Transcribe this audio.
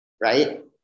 right